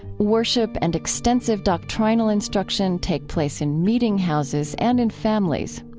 worship and extensive doctrinal instruction take place in meetinghouses and in families.